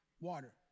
water